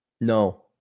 no